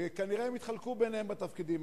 וכנראה הם יתחלקו ביניהם בתפקידים.